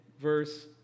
verse